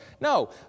No